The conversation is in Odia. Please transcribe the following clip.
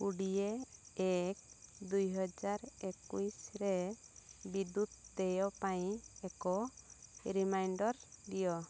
କୋଡ଼ିଏ ଏକ ଦୁଇହଜାର ଏକୋଇଶରେ ବିଦ୍ୟୁତ୍ ଦେୟ ପାଇଁ ଏକ ରିମାଇଣ୍ଡର୍ ଦିଅ